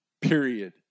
period